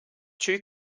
two